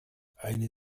eine